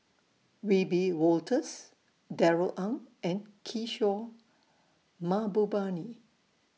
Wiebe Wolters Darrell Ang and Kishore Mahbubani